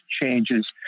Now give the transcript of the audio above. changes